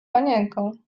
panienką